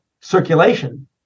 circulation